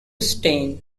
stain